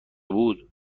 بود